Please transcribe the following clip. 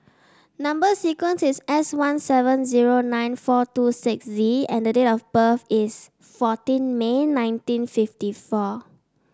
number sequence is S one seven zero nine four two six Z and the date of birth is fourteen May nineteen fifty four